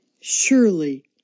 Surely